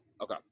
Okay